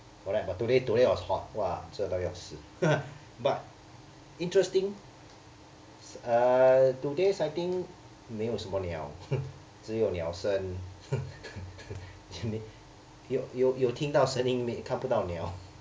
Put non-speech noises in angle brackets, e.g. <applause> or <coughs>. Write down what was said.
correct but today today was hot !wah! 热到要死 <coughs> but interesting uh today's sighting 没有什么鸟 <coughs> 只有鸟声 <coughs> 有听到声音看不到鸟